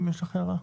האם יש לך הערה?